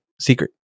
secret